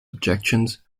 objections